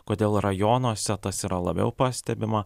kodėl rajonuose tas yra labiau pastebima